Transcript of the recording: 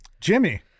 Jimmy